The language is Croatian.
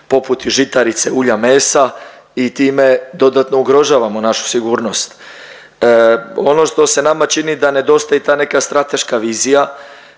poput žitarica, ulja, mesa i time dodatno ugrožavamo našu sigurnost. Ono što se nama čini da nedostaje i ta neka strateška vizija,